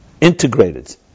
integrated